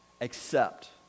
accept